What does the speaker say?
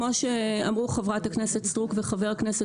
כמו שאמרו חברי הכנסת סטרוק ואורבך,